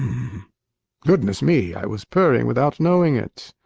goodness me! i was purring without knowing it!